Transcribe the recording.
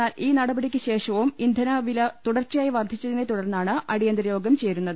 എന്നാൽ ഈ നടപടിക്കു ശ്ഷേവും ഇന്ധന വില തുടർച്ചയായി വർദ്ധിച്ചതിനെ തുടർന്നാണ് അടിയന്തര യോഗം ചേരുന്നത്